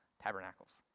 tabernacles